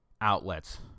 Outlets